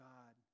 God